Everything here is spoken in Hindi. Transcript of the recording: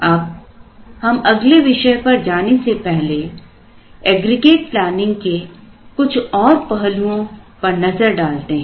अब हम अगले विषय पर जाने से पहले एग्रीगेट प्लैनिंग के कुछ और पहलुओं पर नजर डालते हैं